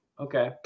Okay